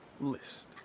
list